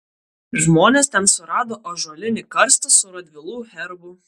žmonės ten surado ąžuolinį karstą su radvilų herbu